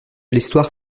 l’histoire